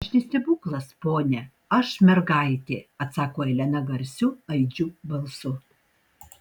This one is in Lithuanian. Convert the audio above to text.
aš ne stebuklas pone aš mergaitė atsako elena garsiu aidžiu balsu